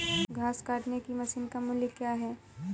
घास काटने की मशीन का मूल्य क्या है?